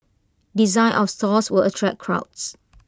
design of stores will attract crowds